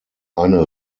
eine